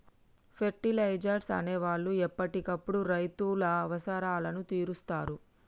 fertilisers అనే వాళ్ళు ఎప్పటికప్పుడు రైతుల అవసరాలను తీరుస్తారు